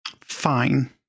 Fine